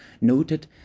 noted